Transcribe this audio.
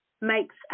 makes